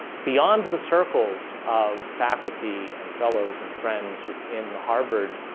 beyond the circles of faculty and fellows and friends within the harvard